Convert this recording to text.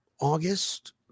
August